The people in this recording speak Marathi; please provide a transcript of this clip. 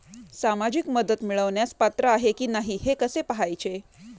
सामाजिक मदत मिळवण्यास पात्र आहे की नाही हे कसे पाहायचे?